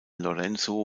lorenzo